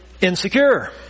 insecure